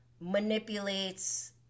manipulates